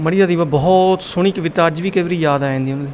ਮੜੀ ਦਾ ਦੀਵਾ ਬਹੁਤ ਸੋਹਣੀ ਕਵਿਤਾ ਅੱਜ ਵੀ ਕਈ ਵਾਰ ਯਾਦ ਆ ਜਾਂਦੀ ਉਹਨਾਂ ਦੀ